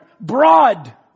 broad